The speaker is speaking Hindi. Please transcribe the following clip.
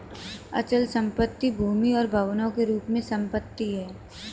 अचल संपत्ति भूमि और भवनों के रूप में संपत्ति है